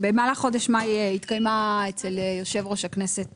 במהלך חודש מאי התקיימה אצל יושב-ראש הכנסת